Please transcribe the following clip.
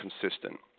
consistent